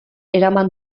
eraman